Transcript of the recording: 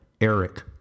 Eric